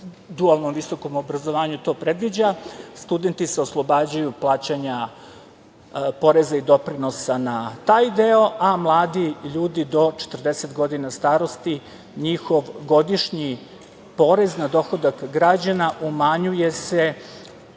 dualnom visokom obrazovanju to predviđa, studenti se oslobađaju plaćanja poreza i doprinosa na taj deo, a mladi ljudi do 40 godina starosti njihov godišnji porez na dohodak građana umanjuje se